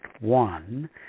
one